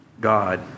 God